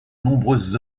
nombreuses